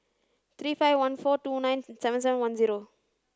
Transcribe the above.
three five one four two nine seven seven one zero